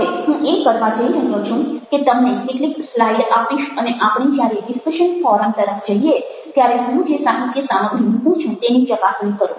હવે હું એ કરવા જઈ રહ્યો છું કે તમને કેટલીક સ્લાઈડ આપીશ અને આપણે જ્યારે ડિસ્કશન ફોરમ તરફ જઇએ ત્યારે હું જે સાહિત્ય સામગ્રી મુકું છું તેની ચકાસણી કરો